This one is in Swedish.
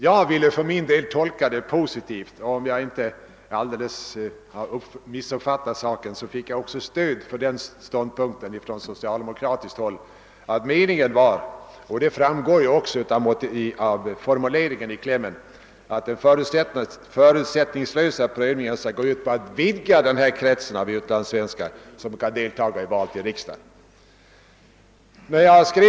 Jag vill emellertid tolka uttrycket positivt — och om jag inte har missuppfattat saken fick jag stöd för den ståndpunkten från socialdemokratiskt håll — så att meningen är att den förutsättningslösa prövningen skulle gå ut på att vidga den krets av utlandssvenskar som får delta i val till riksdagen. Så står det också i klämmen.